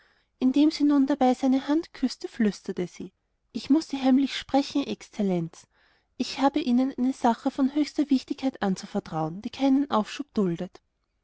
indem sie nun dabei seine hand küßte flüsterte sie ich muß sie heimlich sprechen exzellenz ich habe ihnen eine sache von höchster wichtigkeit anzuvertrauen die keinen aufschub duldet